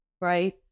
right